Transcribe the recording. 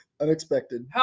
Unexpected